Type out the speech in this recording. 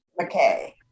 McKay